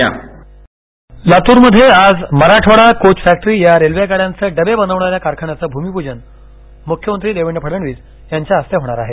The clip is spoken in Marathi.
रेल्वे लातूर लातूर मध्ये आज मराठवाडा कोच फैंक्ट्री या रेल्वे गाड्यांचे डबे बनवणाऱ्या कारखान्याचं भूमिपूजन मुख्यमंत्री देवेंद्र फडणवीस यांच्या हस्ते होणार आहे